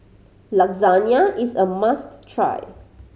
lasagna is a must try